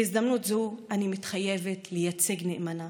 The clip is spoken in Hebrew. בהזדמנות זו אני מתחייבת לייצג נאמנה